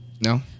no